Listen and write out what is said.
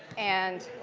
and